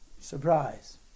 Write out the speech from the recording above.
surprise